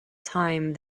time